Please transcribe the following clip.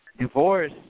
divorce